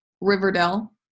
Riverdale